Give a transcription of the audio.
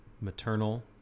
maternal